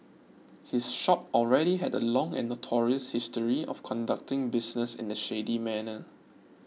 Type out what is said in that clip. his shop already had a long and notorious history of conducting business in a shady manner